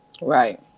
right